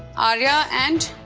arya? and